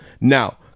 now